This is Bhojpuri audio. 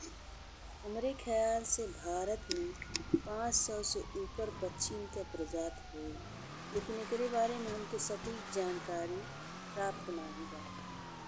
हमरे खयाल से भारत में पाँच सौ से ऊपर पश्चिम के प्रजाति होली, लेकिन एकरे बारे में हमके सटीक जानकारी प्राप्त नाहीं बा।